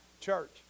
Church